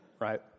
right